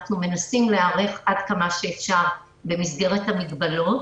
אנחנו מנסים להיערך עד כמה שאפשר במסגרת המגבלות.